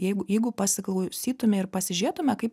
jeigu jeigu pasiklausytume ir pasižiūrėtume kaip